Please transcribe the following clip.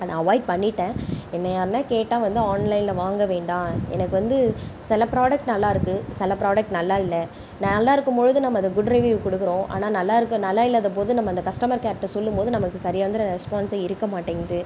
நான் அவாய்ட் பண்ணிட்டேன் என்னை யார்னா கேட்டால் வந்து ஆன்லைனில் வாங்க வேண்டாம் எனக்கு வந்து சில ப்ராடெக்ட் நல்லாருக்கு சில ப்ராடெக்ட் நல்லா இல்லை நான் நல்லாயிருக்கும் பொழுது நம்ம அதுக்கு குட் ரிவ்யூ கொடுக்குறோம் ஆனால் நல்லாயிருக்கு நல்லா இல்லாத போது நம்ம அந்த கஸ்டமர் கேர்கிட்ட சொல்லும் போது நமக்கு சரியாந்தற ரெஸ்பான்ஸ் இருக்க மாட்டேங்குது